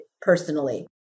personally